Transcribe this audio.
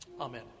Amen